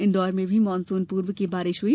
इंदौर में भी मानसून पूर्व की बारिश हुई